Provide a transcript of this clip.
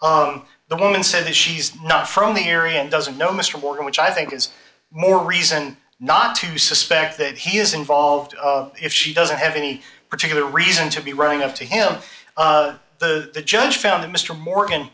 the woman said that she's not from the area and doesn't know mr morgan which i think is more reason not to suspect that he is involved if she doesn't have any particular reason to be running up to him the judge found that mr morgan